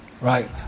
right